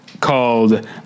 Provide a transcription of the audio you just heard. called